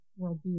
worldview